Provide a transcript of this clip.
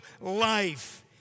life